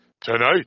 tonight